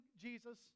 Jesus